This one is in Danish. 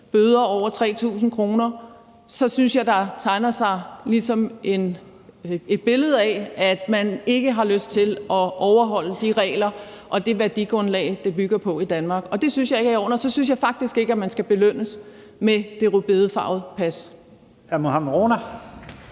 bøder over 3.000 kr., så synes jeg, at der ligesom tegner sig et billede af, at man ikke har lyst til at overholde de regler og det værdigrundlag, det bygger på i Danmark. Det synes jeg ikke er i orden, og så synes jeg faktisk ikke, at man skal belønnes med det rødbedefarvede pas.